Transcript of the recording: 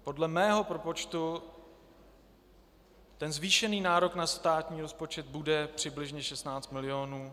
Podle mého propočtu zvýšený nárok na státní rozpočet bude přibližně 16 mil.